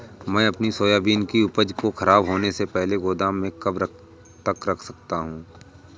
मैं अपनी सोयाबीन की उपज को ख़राब होने से पहले गोदाम में कब तक रख सकता हूँ?